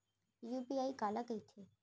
UPI काला कहिथे?